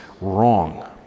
wrong